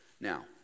Now